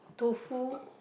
tofu